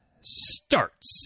starts